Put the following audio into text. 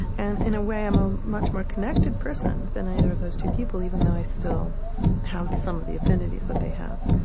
and in a way, i'm a much more connected person than either of those two people, even though i still have some of the affinities that they have.